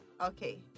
Okay